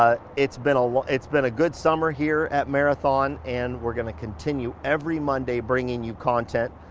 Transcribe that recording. ah it's been ah it's been a good summer here at marathon, and we're gonna continue every monday, bringing you content.